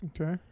Okay